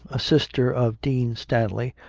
a sister of dean stanley,